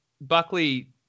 Buckley